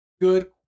good